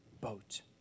boat